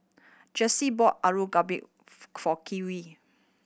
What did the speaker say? Jaycee bought Alu Gobi for Kerwin